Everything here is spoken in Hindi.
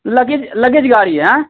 लगेज लगेज गाड़ी है हाँ